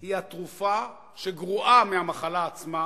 היא התרופה שגרועה מהמחלה עצמה,